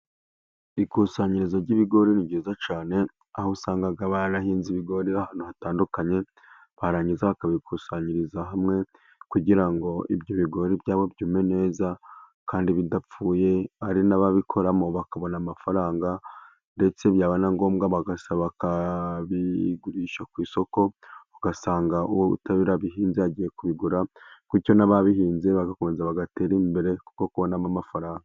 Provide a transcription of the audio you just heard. Ikusanyirizo ry'ibigori ni ryiza cyane, aho usangaga barahinze ibigori ahantu hatandukanye barangiza bakabikusanyiriza hamwe kugira ngo bigori byabo byume neza, kandi bidapfuye hari n'ababikoramo bakabona amafaranga, ndetse byaba na ngombwa bagasaba bakabigurisha ku isoko, ugasanga utarabihinze agiye kubigura bicyo n'ababihinze bagakomeza bagatera imbere kuko kubonamo amafaranga.